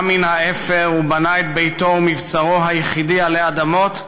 קם מן האפר ובנה את ביתו ומבצרו היחידי על אדמות,